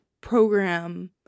program